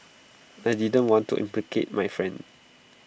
I didn't want to implicate my friend